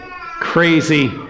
crazy